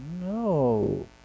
No